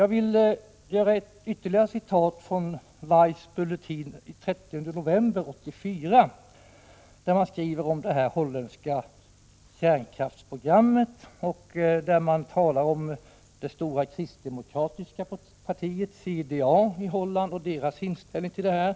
Jag vill anföra ytterligare ett citat från WISE:s bulletin. Den 30 november 1984 skriver man om det holländska kärnkraftsprogrammet och talar om det stora kristdemokratiska partiet i Holland, CDA, och dess inställning i denna fråga.